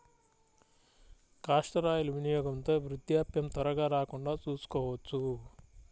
castor oil వినియోగంతో వృద్ధాప్యం త్వరగా రాకుండా చూసుకోవచ్చు